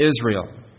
Israel